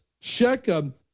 Shechem